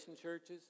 churches